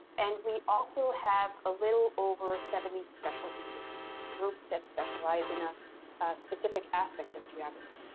and we also have a little over seventy specialty groups, groups that specialize in a specific aspect of geography.